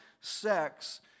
sex